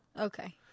Okay